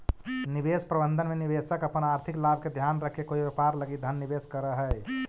निवेश प्रबंधन में निवेशक अपन आर्थिक लाभ के ध्यान रखके कोई व्यापार लगी धन निवेश करऽ हइ